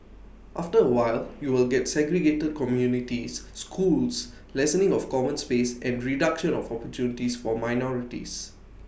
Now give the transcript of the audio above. after A while you will get segregated communities schools lessening of common space and reduction of opportunities for minorities